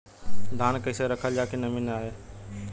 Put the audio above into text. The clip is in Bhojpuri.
धान के कइसे रखल जाकि नमी न आए?